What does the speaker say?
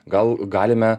gal galime